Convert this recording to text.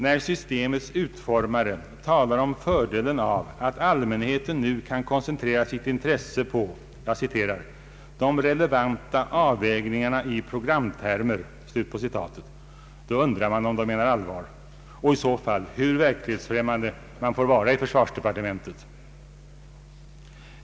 När systemets utformare talar om fördelen av att allmänheten nu kan koncentrera sitt intresse på ”de relevanta avvägningarna i programtermer”, då undrar man om de menar allvar och i så fall hur verklighetsfrämmande man får vara i försvarsdepartementet.